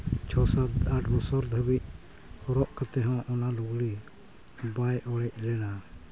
ᱪᱷᱚ ᱥᱟᱛ ᱟᱴ ᱵᱚᱪᱷᱚᱨ ᱫᱷᱟᱹᱵᱤᱡ ᱦᱚᱨᱚᱜ ᱠᱟᱛᱮ ᱦᱚᱸ ᱚᱱᱟ ᱞᱩᱜᱽᱲᱤᱡ ᱵᱟᱭ ᱚᱲᱮᱡ ᱞᱮᱱᱟ